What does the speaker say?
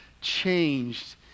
changed